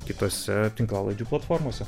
kitose tinklalaidžių platformose